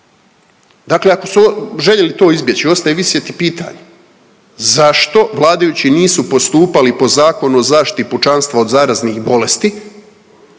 dakle ako su željeli to izbjeći ostaje visjeti pitanje, zašto vladajući nisu postupali po Zakonu o zaštiti pučanstva od zaraznih bolesti